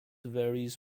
varies